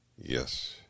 Yes